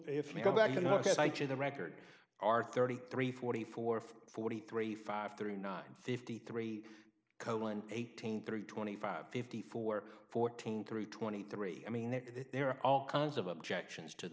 to the record are thirty three forty four forty three five three nine fifty three cohen eighteen three twenty five fifty four fourteen three twenty three i mean that there are all kinds of objections to the